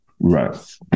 right